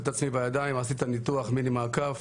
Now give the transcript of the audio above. את עצמי בידיים ועשיתי את הניתוח מיני מעקף.